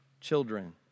children